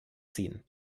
ziehen